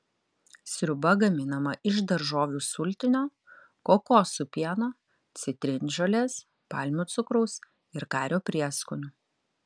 sriuba gaminama iš daržovių sultinio kokosų pieno citrinžolės palmių cukraus ir kario prieskonių